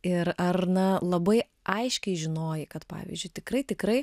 ir ar na labai aiškiai žinojai kad pavyzdžiui tikrai tikrai